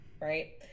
right